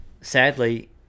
Sadly